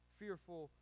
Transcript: fearful